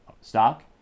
stock